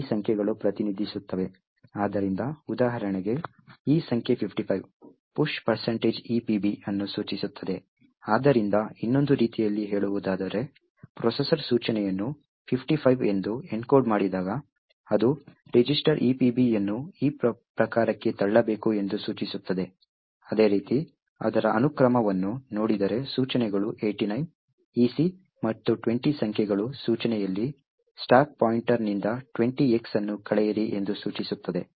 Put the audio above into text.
ಆದ್ದರಿಂದ ಉದಾಹರಣೆಗೆ ಈ ಸಂಖ್ಯೆ 55 push EBP ಅನ್ನು ಸೂಚಿಸುತ್ತದೆ ಆದ್ದರಿಂದ ಇನ್ನೊಂದು ರೀತಿಯಲ್ಲಿ ಹೇಳುವುದಾದರೆ ಪ್ರೊಸೆಸರ್ ಸೂಚನೆಯನ್ನು 55 ಎಂದು ಎನ್ಕೋಡ್ ಮಾಡಿದಾಗ ಅದು ಈ ರಿಜಿಸ್ಟರ್ EBP ಅನ್ನು ಈ ಪ್ರಕಾರಕ್ಕೆ ತಳ್ಳಬೇಕು ಎಂದು ಸೂಚಿಸುತ್ತದೆ ಅದೇ ರೀತಿ ಅದರ ಅನುಕ್ರಮವನ್ನು ನೋಡಿದರೆ ಸೂಚನೆಗಳು 89 EC ಮತ್ತು 20 ಸಂಖ್ಯೆಗಳು ಸೂಚನೆಯಲ್ಲಿ ಸ್ಟಾಕ್ ಪಾಯಿಂಟರ್ ನಿಂದ 20X ಅನ್ನು ಕಳೆಯಿರಿ ಎಂದು ಸೂಚಿಸುತ್ತದೆ